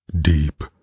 deep